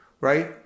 right